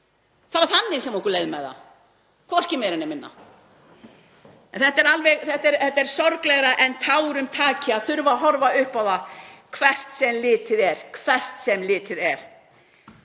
Það var þannig sem okkur leið með það, hvorki meira né minna. En það er sorglegra en tárum taki að þurfa að horfa upp á það hvert sem litið er.